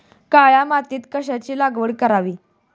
काळ्या मातीत कशाची लागवड करावी?